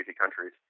countries